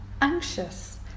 anxious